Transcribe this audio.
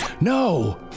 No